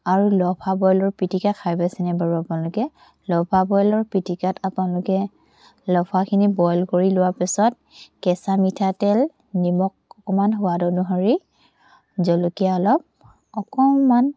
আৰু লফা বইলৰ পিটিকা খাই পাইছেনে বাৰু আপোনালোকে লফা বইলৰ পিটিকাত আপোনালোকে লফাখিনি বইল কৰি লোৱাৰ পিছত কেঁচা মিঠাতেল নিমখ অকণমান সোৱাদ অনুসৰি জলকীয়া অলপ অকণমান